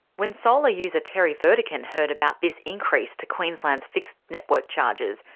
when solar user terry vertigan heard about this increase to queensland's fixed network charges,